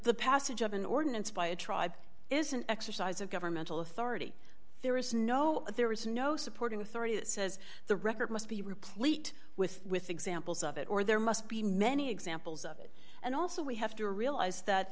the passage of an ordinance by a tribe is an exercise of governmental authority there is no there is no supporting authority that says the record must be replete with with examples of it or there must be many examples of it and also we have to realize that